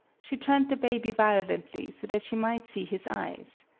she turned the baby violently so that she might see his eyes.